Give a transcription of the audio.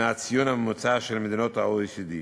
מהציון הממוצע של מדינות ה-OECD.